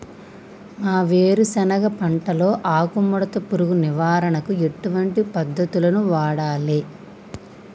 మా వేరుశెనగ పంటలో ఆకుముడత పురుగు నివారణకు ఎటువంటి పద్దతులను వాడాలే?